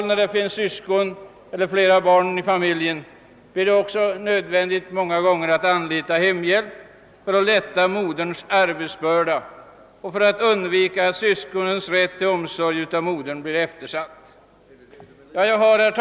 När det finns syskon i familjen, blir det många gånger också nödvändigt att anlita hemhjälp för att lätta moderns arbetsbörda och för att undvika att syskonens rätt till moderns omsorg blir eftersatt. Herr talman!